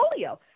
polio